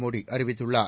மோடி அறிவித்துள்ளார்